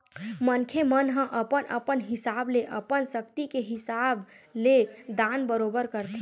मनखे मन ह अपन अपन हिसाब ले अपन सक्ति के हिसाब ले दान बरोबर करथे